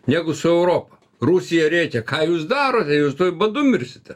negu su europa rusija rėkė ką jūs darote jūs tuoj badu mirsite